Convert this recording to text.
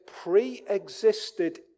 pre-existed